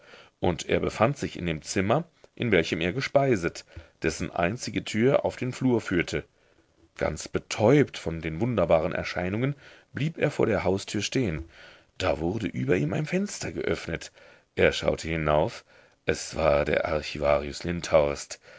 und er befand sich in dem zimmer in welchem er gespeiset dessen einzige tür auf den flur führte ganz betäubt von den wunderbaren erscheinungen blieb er vor der haustür stehen da wurde über ihm ein fenster geöffnet er schaute hinauf es war der archivarius lindhorst